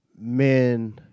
men